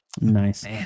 Nice